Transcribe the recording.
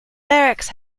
barracks